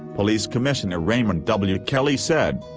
police commissioner raymond w. kelly said.